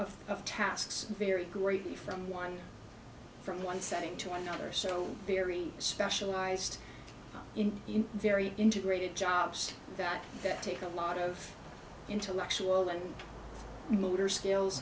k of tasks very greatly from one from one setting to another so very specialized in very integrated jobs that take a lot of intellectual and motor skills